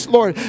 Lord